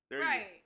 Right